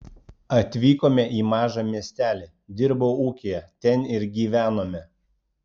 atvykome į mažą miestelį dirbau ūkyje ten ir gyvenome